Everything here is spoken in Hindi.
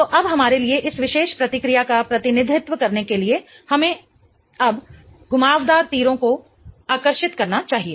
तो अब हमारे लिए इस विशेष प्रतिक्रिया का प्रतिनिधित्व करने के लिए हमें अब घुमावदार तीरों को आकर्षित करना चाहिए